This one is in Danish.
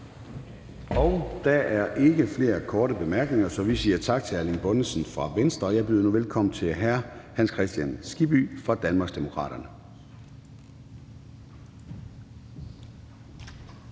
Der er ikke flere korte bemærkninger. Vi siger tak til hr. Jan E. Jørgensen fra Venstre, og jeg byder nu velkommen til fru Charlotte Munch fra Danmarksdemokraterne.